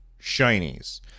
Shinies